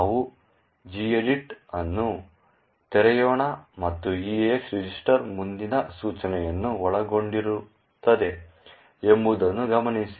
ನಾವು Gedit ಅನ್ನು ತೆರೆಯೋಣ ಮತ್ತು EAX ರಿಜಿಸ್ಟರ್ ಮುಂದಿನ ಸೂಚನೆಯನ್ನು ಒಳಗೊಂಡಿರುತ್ತದೆ ಎಂಬುದನ್ನು ಗಮನಿಸಿ